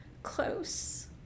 close